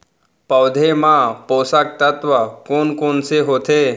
पौधे मा पोसक तत्व कोन कोन से होथे?